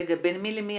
רגע, בין מי למי?